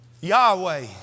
Yahweh